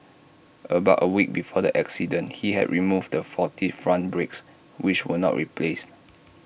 about A week before the accident he had removed the faulty front brakes which were not replaced